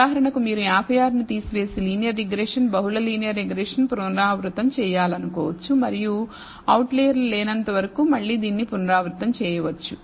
ఉదాహరణకు మీరు 56 ను తీసివేసి లీనియర్ రిగ్రెషన్ బహుళ లీనియర్ రిగ్రెషన్ పునరావృతం చేయాలనుకోవచ్చు మరియు అవుట్లైయర్లు లేనంతవరకూ మళ్ళీ దీనిని పునరావృతం చేయవచ్చు